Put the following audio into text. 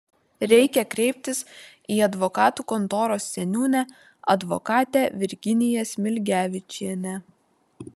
reikia kreiptis į advokatų kontoros seniūnę advokatę virginiją smilgevičienę